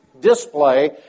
display